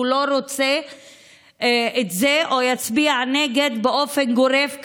לא רוצה את זה או יצביע נגד באופן גורף כזה.